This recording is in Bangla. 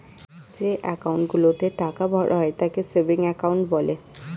যে অ্যাকাউন্ট গুলোতে টাকা ভরা হয় তাকে সেভিংস অ্যাকাউন্ট বলে